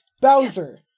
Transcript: Bowser